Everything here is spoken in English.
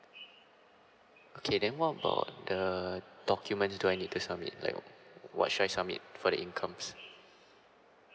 okay then what about the documents do I need to submit like what should I submit for the incomes